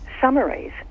summaries